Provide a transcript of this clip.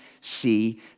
see